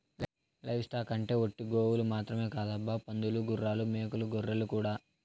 live stock అంటే ఒట్టి గోవులు మాత్రమే కాదబ్బా పందులు గుర్రాలు మేకలు గొర్రెలు కూడా